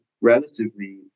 relatively